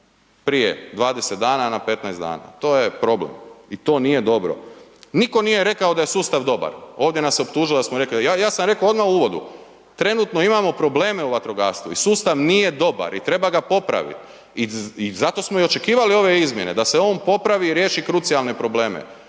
prije 20 dana na 15 dana. To je problem i to nije dobro. Nitko nije rekao da je sustav dobar, ovdje nas optužuju da smo rekli, ja sam rekao odmah u uvodu. Trenutno imamo probleme u vatrogastvu i sustav nije dobar i treba ga popraviti. I zato smo i očekivali ove izmjene, da se on popravi i riješi krucijalne probleme.